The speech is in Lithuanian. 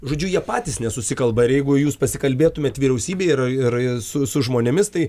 žodžiu jie patys nesusikalba ir jeigu jūs pasikalbėtumėt vyriausybėj ir ir su su žmonėmis tai